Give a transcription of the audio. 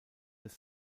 des